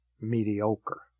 mediocre